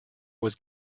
was